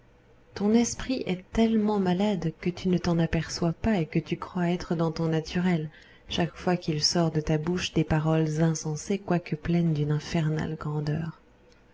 ton esprit est tellement malade que tu ne t'en aperçois pas et que tu crois être dans ton naturel chaque fois qu'il sort de ta bouche des paroles insensées quoique pleines d'une infernale grandeur